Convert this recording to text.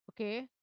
okay